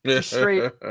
straight